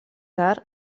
tard